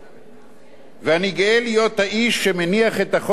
ואני גאה להיות האיש שמניח את החוק הזה על שולחן הכנסת.